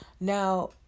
Now